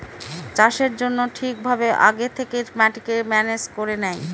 চাষের জন্য ঠিক ভাবে আগে থেকে মাটিকে ম্যানেজ করে নেয়